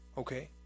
Okay